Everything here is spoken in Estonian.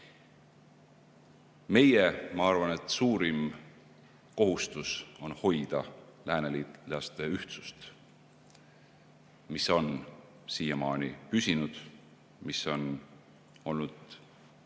Meie, ma arvan, suurim kohustus on hoida lääneliitlaste ühtsust, mis on siiamaani püsinud, mis on olnud mõnevõrra